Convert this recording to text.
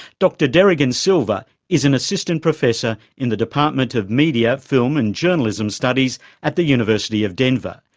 dr derigan silver is an assistant professor in the department of media, film and journalism studies at the university of denver,